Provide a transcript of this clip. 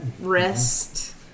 rest